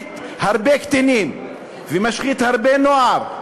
ומשחית הרבה קטינים ומשחית הרבה נוער.